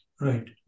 right